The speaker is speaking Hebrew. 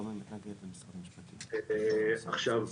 עכשיו,